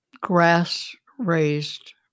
grass-raised